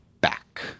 back